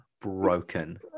broken